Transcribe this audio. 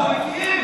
לא, הוא התחיל.